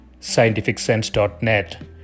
scientificsense.net